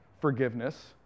forgiveness